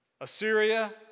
Assyria